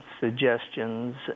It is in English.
suggestions